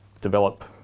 develop